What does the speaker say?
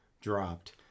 dropped